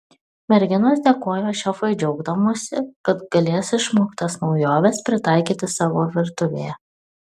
merginos dėkojo šefui džiaugdamosi kad galės išmoktas naujoves pritaikyti savo virtuvėje